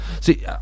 See